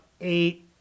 eight